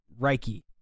Reiki